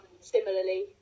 similarly